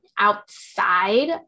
outside